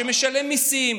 שמשלם מיסים,